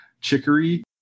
chicory